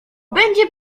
będzie